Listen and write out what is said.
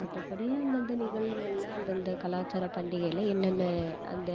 மற்றபடி அந்தந்த நிகழ்வுகள்ல அந்தந்த கலாச்சார பண்டிகையில என்னென்ன அந்த